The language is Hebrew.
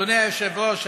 אדוני היושב-ראש,